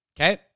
Okay